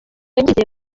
yagize